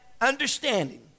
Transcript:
understanding